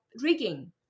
rigging